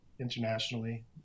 internationally